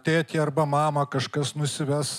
tėtį arba mamą kažkas nusives